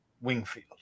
Wingfield